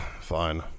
fine